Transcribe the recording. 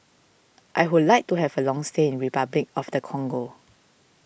I would like to have a long stay in Repuclic of the Congo